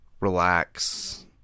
Relax